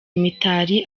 mitali